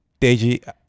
Deji